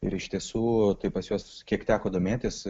ir iš tiesų tai pas juos kiek teko domėtis